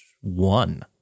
one